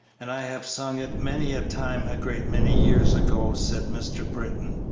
and i have sung it many a time a great many years ago, said mr. britton.